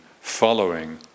following